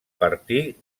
partir